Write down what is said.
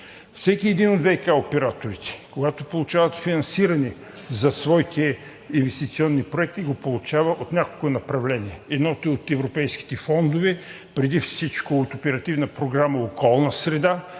Всеки от ВиК операторите, когато получава финансиране за своите инвестиционни проекти, го получава от няколко направления: едното – от европейските фондове, преди всичко от Оперативна програма „Околна среда“;